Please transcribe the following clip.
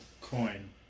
coin